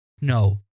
no